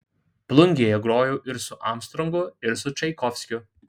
plungėje grojau ir su armstrongu ir su čaikovskiu